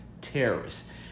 terrorists